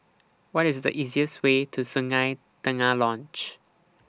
What IS The easiest Way to Sungei Tengah Lodge